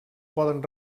poden